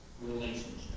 relationship